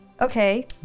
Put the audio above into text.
Okay